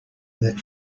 that